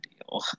deal